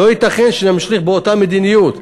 לא ייתכן שנמשיך באותה מדיניות.